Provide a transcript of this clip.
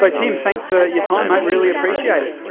like tim, thanks for your time, mate. really appreciate it.